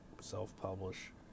self-publish